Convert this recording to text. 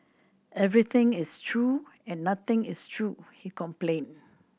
everything is true and nothing is true he complained